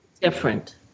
different